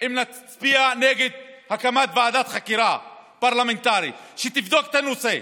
אם נצביע נגד הקמת ועדת חקירה פרלמנטרית שתבדוק את הנושא,